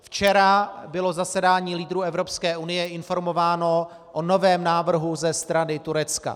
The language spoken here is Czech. Včera bylo zasedání lídrů Evropské unie informováno o novém návrhu ze strany Turecka.